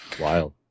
Wild